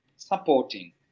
supporting